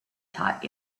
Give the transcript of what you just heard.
taught